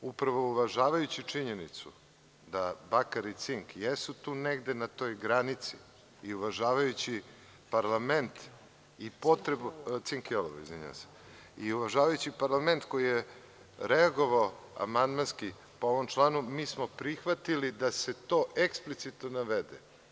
Upravo uvažavajući činjenicu da bakar i cink jesu tu negde na toj granici i uvažavajući parlament, i potrebu, cink i olovo izvinjavam se, i uvažavajući parlament koji je reagovao amandmanski po ovom članu mi smo prihvatili da se to eksplicitno navede.